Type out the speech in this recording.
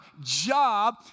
job